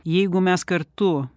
jeigu mes kartu